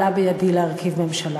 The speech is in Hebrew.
עלה בידי להרכיב ממשלה?